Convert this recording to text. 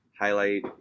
highlight